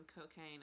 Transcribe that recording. cocaine